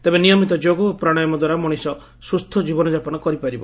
ତେବେ ନିୟମିତ ଯୋଗ ଓ ପ୍ରାଶାୟମ ଦ୍ୱାରା ମଣିଷ ସୁସ୍ଛ ଜୀବନଯାପନ କରିପାରିବ